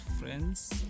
friends